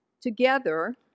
Together